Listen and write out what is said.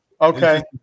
Okay